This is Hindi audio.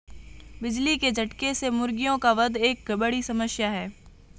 बिजली के झटके से मुर्गियों का वध एक बड़ी समस्या है